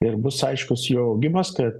ir bus aiškus jo augimas kad